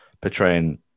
portraying